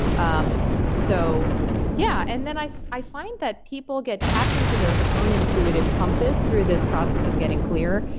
um so yeah and then i i find that people get tapped into their own intuitive compass through this process of getting clear.